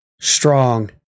strong